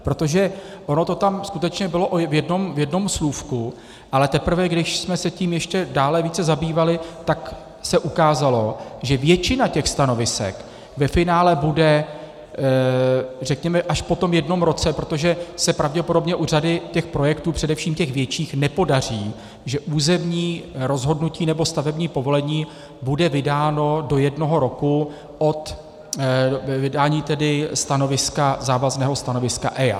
Protože ono to tam skutečně bylo v jednom slůvku, ale teprve když jsme se tím ještě dále více zabývali, tak se ukázalo, že většina těch stanovisek ve finále bude, řekněme, až po tom jednom roce, protože se pravděpodobně u řady těch projektů, především těch větších, nepodaří, že územní rozhodnutí nebo stavební povolení bude vydáno do jednoho roku od vydání stanoviska, závazného stanoviska EIA.